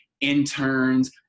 interns